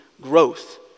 growth